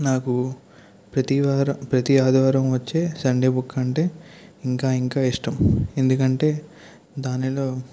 నాకు ప్రతివారం ప్రతీ ఆదివారం వచ్చే సండే బుక్ అంటే ఇంకా ఇంకా ఇష్టం ఎందుకంటే దానిలో